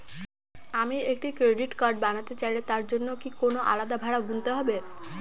আমি একটি credit card বানাতে চাইলে তার জন্য কি কোনো আলাদা ভাড়া গুনতে হবে?